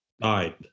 died